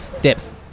Depth